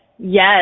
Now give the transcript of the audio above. Yes